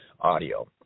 audio